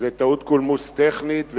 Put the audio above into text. שזאת טעות קולמוס טכנית,